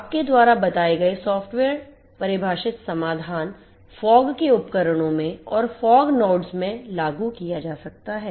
आपके द्वारा बताये गए सॉफ़्टवेयर परिभाषित समाधान FOG के उपकरणों में और FOG NODES में लागू किया जा सकता है